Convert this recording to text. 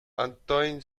antoine